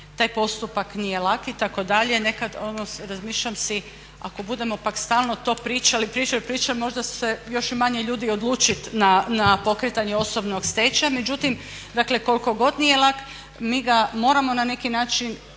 taj postupak nije lak itd. nekad ono razmišljam si, ako budemo pak stalno to pričali, pričali, pričali možda se još i manje ljudi odluči na pokretanje osobnog stečaja. Međutim, dakle koliko god nije lak mi ga moramo na neki način